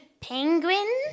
penguin